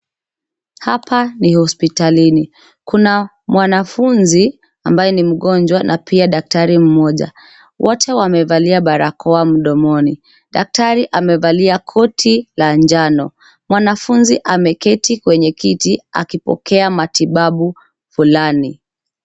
Hapa ni hospitalini. Kuna mwanafunzi ambaye ni mgonjwa na pia daktari moja. Wote wamevalia barakoa mdomoni. Daktari amevalia koti la njano. Mwanafunzi ameketi kwenye kiti akipokea matibabu fulani.